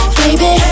baby